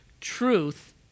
Truth